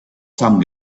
some